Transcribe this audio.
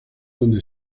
donde